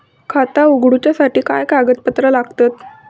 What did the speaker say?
खाता उगडूच्यासाठी काय कागदपत्रा लागतत?